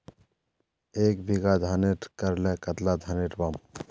एक बीघा धानेर करले कतला धानेर पाम?